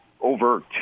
over